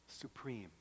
supreme